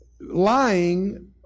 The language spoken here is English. lying